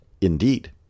Indeed